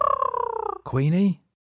Queenie